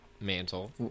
mantle